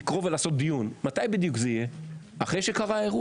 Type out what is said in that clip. קל וחומר שזה צריך להיות בכתב והכול.